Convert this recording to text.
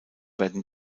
werden